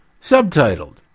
subtitled